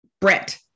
Brett